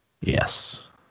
Yes